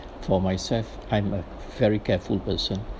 for myself I am a very careful person